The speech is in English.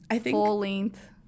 full-length